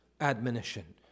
admonition